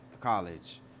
college